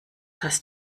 hast